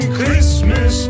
Christmas